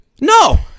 No